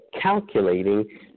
calculating